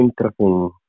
interesting